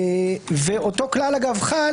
אותו כלל חל